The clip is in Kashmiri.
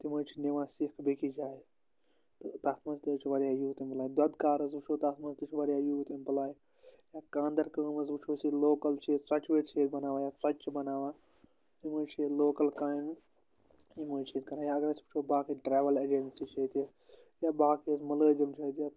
تِم حظ چھِ نِوان سِیکھ بیٚکِس جایہِ تہٕ تَتھ منٛز تہِ حظ چھِ واریاہ یوٗتھ اِمپلاے دۄدٕ کار حظ وٕچھو تَتھ منٛز تہِ چھِ واریاہ یوٗتھ اِمپٕلاے یا کاندَر کٲم حظ وٕچھ یس ییتہِ لوکَل چھِ ییٚتہِ ژۄچہِ ورۍ چھِ ییتہِ بَناوان یا ژۄچہِ چھِ بَناوان یِم حظ چھِ ییٚتہِ لوکَل کامہِ یِم حَظ چھِ ییٚتہِ کَران یا اَگر أسۍ و ٕچھو باقٕے ٹریٕل ایٚجَنسی چھِ ییٚتہِ یا باقٕے حظ مُلٲزِم چھِ ییٚتہِ